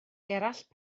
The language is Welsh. gerallt